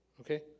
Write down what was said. okay